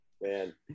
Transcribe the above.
Man